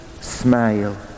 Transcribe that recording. smile